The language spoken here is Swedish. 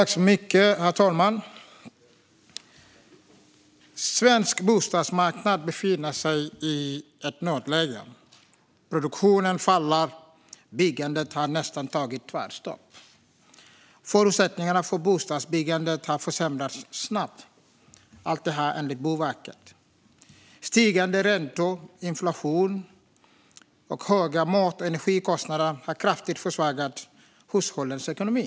Herr talman! Svensk bostadsmarknad befinner sig i ett nödläge. Produktionen faller, och byggandet har nästan tagit tvärstopp. Förutsättningarna för bostadsbyggandet har försämrats snabbt. Allt detta enligt Boverket. Stigande räntor, inflation och höga mat och energikostnader har kraftigt försvagat hushållens ekonomi.